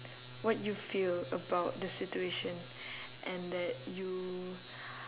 what you feel about the situation and that you